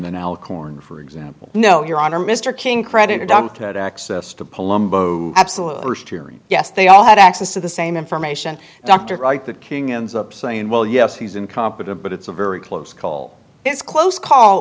than al korn for example no your honor mr king creditor dumped had access to palumbo absolutely yes they all had access to the same information dr wright that king ends up saying well yes he's incompetent but it's a very close call it's close call